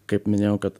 kaip minėjau kad